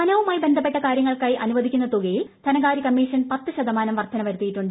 വനവുമായി ബന്ധപ്പെട്ട കാര്യങ്ങൾക്കായി അനുവദിക്കുന്ന തുകയിൽ ധനകാര്യ ശതമാനം വർധന വരുത്തിയിട്ടുണ്ട്